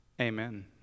Amen